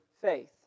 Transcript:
faith